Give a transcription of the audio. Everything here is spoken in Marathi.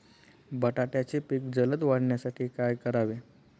बटाट्याचे पीक जलद वाढवण्यासाठी काय करावे?